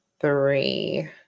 three